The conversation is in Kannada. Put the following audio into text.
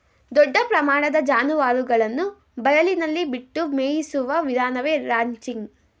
ದೊಡ್ಡ ಪ್ರಮಾಣದ ಜಾನುವಾರುಗಳನ್ನು ಬಯಲಿನಲ್ಲಿ ಬಿಟ್ಟು ಮೇಯಿಸುವ ವಿಧಾನವೇ ರಾಂಚಿಂಗ್